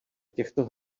těchto